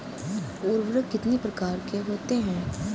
उर्वरक कितनी प्रकार के होता हैं?